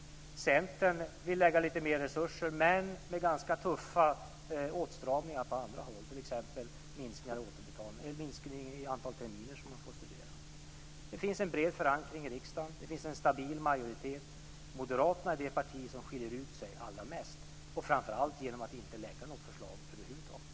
Centern vill lägga lite mer resurser men har ganska tuffa åtstramningar på andra håll, t.ex. en minskning i antalet terminer som man får studera. Det finns en bred förankring i riksdagen. Det finns en stabil majoritet. Moderaterna är det parti som skiljer ut sig allra mest, framför allt genom att inte lägga fram något förslag över huvud taget.